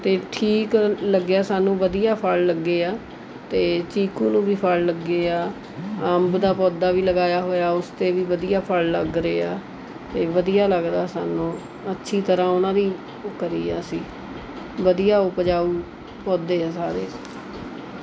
ਅਤੇ ਠੀਕ ਲੱਗਿਆ ਸਾਨੂੰ ਵਧੀਆ ਫਲ਼ ਲੱਗੇ ਆ ਅਤੇ ਚੀਕੂ ਨੂੰ ਵੀ ਫਲ਼ ਲੱਗੇ ਆ ਅੰਬ ਦਾ ਪੌਦਾ ਵੀ ਲਗਾਇਆ ਹੋਇਆ ਉਸ 'ਤੇ ਵੀ ਵਧੀਆ ਫਲ਼ ਲੱਗ ਰਹੇ ਆ ਅਤੇ ਵਧੀਆ ਲੱਗਦਾ ਸਾਨੂੰ ਅੱਛੀ ਤਰ੍ਹਾਂ ਉਨ੍ਹਾਂ ਦੀ ਉਹ ਕਰੀਏ ਅਸੀਂ ਵਧੀਆ ਉਪਜਾਊ ਪੌਦੇ ਆ ਸਾਰੇ